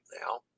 now